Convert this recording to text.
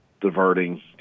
diverting